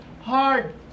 hard